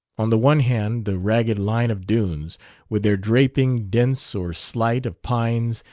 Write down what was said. on the one hand the ragged line of dunes with their draping, dense or slight, of pines,